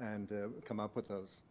and come up with those.